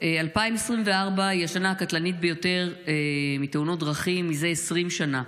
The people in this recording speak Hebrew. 2024 היא השנה הקטלנית ביותר מתאונות דרכים מזה 20 שנה.